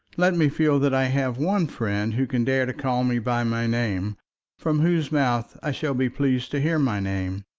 let me feel that i have one friend who can dare to call me by my name from whose mouth i shall be pleased to hear my name.